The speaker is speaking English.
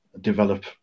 develop